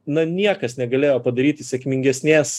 na niekas negalėjo padaryti sėkmingesnės